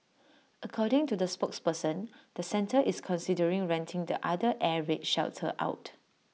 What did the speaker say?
according to the spokesperson the centre is considering renting the other air raid shelter out